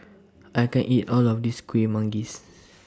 I can't eat All of This Kuih Manggis